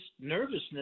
nervousness